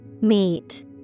Meet